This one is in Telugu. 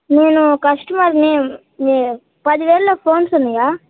నేను కస్టమర్ని పదివేల్లో ఫోన్స్ ఉన్నాయా